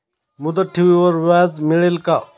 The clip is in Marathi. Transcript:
मुदत ठेवीवर व्याज मिळेल का?